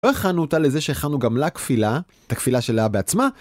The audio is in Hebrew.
לא הכנו אותה לזה שהכנו גם לה כפילה, את הכפילה שלה בעצמה.